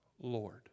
Lord